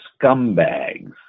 scumbags